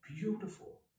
Beautiful